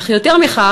אך יותר מכך,